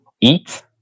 eat